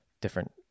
different